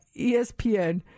ESPN